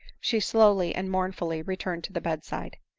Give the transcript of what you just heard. she slowly and mourn fully returned to the bed-side.